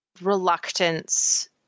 reluctance